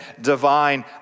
divine